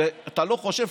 כשאתה לא חושב,